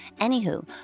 Anywho